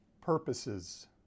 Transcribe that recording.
Purposes